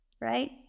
right